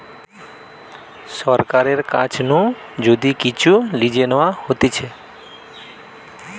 সরকারের কাছ নু যদি কিচু লিজে নেওয়া হতিছে